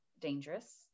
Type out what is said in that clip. dangerous